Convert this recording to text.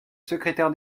secrétaire